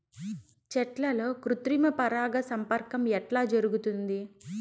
చెట్లల్లో కృత్రిమ పరాగ సంపర్కం ఎట్లా జరుగుతుంది?